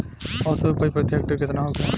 औसत उपज प्रति हेक्टेयर केतना होखे?